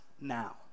now